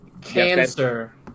Cancer